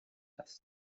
است